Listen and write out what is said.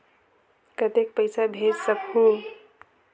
कतेक पइसा भेज सकहुं?